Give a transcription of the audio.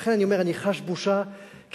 ולכן אני אומר: אני חש בושה כאזרח,